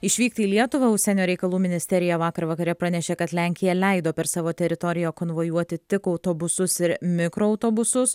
išvykti į lietuvą užsienio reikalų ministerija vakar vakare pranešė kad lenkija leido per savo teritoriją konvojuoti tik autobusus ir mikroautobusus